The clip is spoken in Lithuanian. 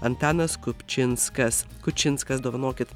antanas kupčinskas kučinskas dovanokit